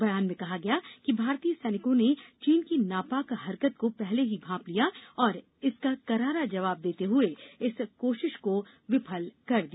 बयान में कहा गया है कि भारतीय सैनिकों ने चीन की नापाक हरकत को पहले ही भांप लिया और इसका करारा जवाब देते हुए इस कोशिश को विफल कर दिया